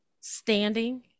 standing